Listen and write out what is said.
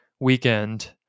Weekend